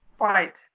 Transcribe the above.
Right